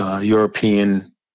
European